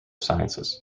sciences